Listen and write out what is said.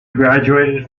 graduated